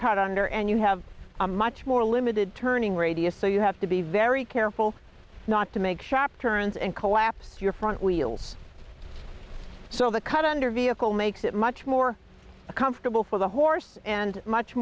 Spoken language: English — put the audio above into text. cut under and you have a much more limited turning radius so you have to be very careful not to make sharp turns and collapse your front wheels so the cut under vehicle makes it much more comfortable for the horse and much